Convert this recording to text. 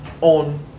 on